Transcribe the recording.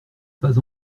pas